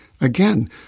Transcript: Again